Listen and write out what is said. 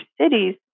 cities